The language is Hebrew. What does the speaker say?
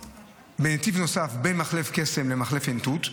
נתיב נוסף בין מחלף קסם למחלף עין תות,